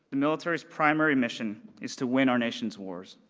the military's primary mission is to win our nation's wars.